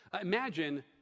Imagine